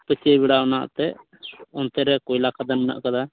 ᱠᱟᱹᱥᱟᱹᱭ ᱵᱮᱲᱟ ᱚᱱᱟ ᱮᱱᱛᱮᱫ ᱚᱱᱛᱮ ᱨᱮ ᱠᱚᱭᱞᱟ ᱠᱷᱟᱫᱟᱱ ᱢᱮᱱᱟᱜ ᱟᱠᱟᱫᱟ